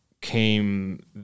came